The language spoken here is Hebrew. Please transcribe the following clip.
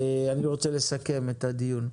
אני רוצה לסכם את הדיון.